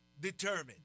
determined